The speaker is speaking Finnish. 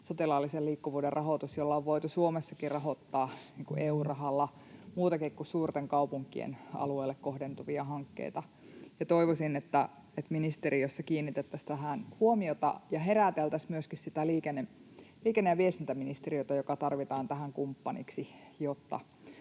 sotilaallisen liikkuvuuden rahoitus, jolla on voitu Suomessakin rahoittaa EU-rahalla muitakin kuin suurten kaupunkien alueille kohdentuvia hankkeita. Toivoisin, että ministeriössä kiinnitettäisiin tähän huomiota ja heräteltäisiin myöskin liikenne- ja viestintäministeriötä, joka tarvitaan tähän kumppaniksi,